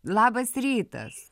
labas rytas